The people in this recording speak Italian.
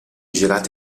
girate